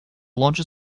launches